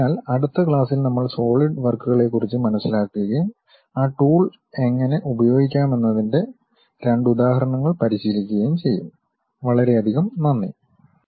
അതിനാൽ അടുത്ത ക്ലാസ്സിൽ നമ്മൾ സോളിഡ് വർക്കുകളെക്കുറിച്ച് മനസിലാക്കുകയും ആ ടൂൾ എങ്ങനെ ഉപയോഗിക്കാമെന്നതിന്റെ രണ്ട് ഉദാഹരണങ്ങൾ പരിശീലിക്കുകയും ചെയ്യും